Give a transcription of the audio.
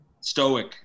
Stoic